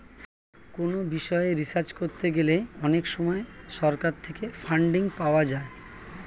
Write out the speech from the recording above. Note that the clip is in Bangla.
কোনো বিষয়ে রিসার্চ করতে গেলে অনেক সময় সরকার থেকে ফান্ডিং পাওয়া যায়